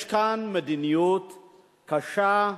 יש כאן מדיניות קשה,